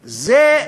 זה,